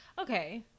Okay